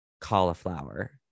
cauliflower